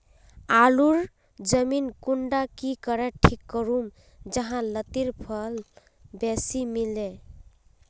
आलूर जमीन कुंडा की करे ठीक करूम जाहा लात्तिर फल बेसी मिले?